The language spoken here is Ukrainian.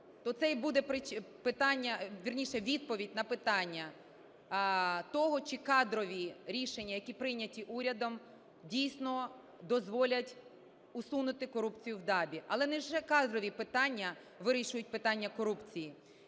вірніше, відповідь на питання того, чи кадрові рішення, які прийняті урядом, дійсно дозволять усунути корупцію в ДАБІ. Але не лише кадрові питання вирішують питання корупції.